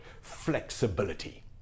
flexibility